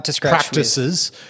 practices